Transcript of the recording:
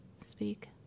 speak